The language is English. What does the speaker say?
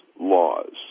laws